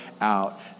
out